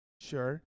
Sure